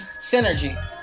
synergy